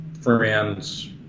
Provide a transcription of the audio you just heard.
friends